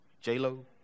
J-Lo